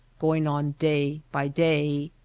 going on day by day.